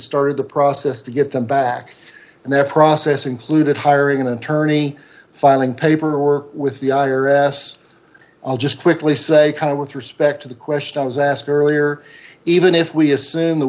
started the process to get them back and that process included hiring an attorney filing paperwork with the i r s i'll just quickly say with respect to the question i was asked earlier even if we assume th